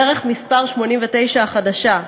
דרך מס' 89 החדשה,